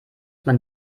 man